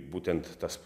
būtent tas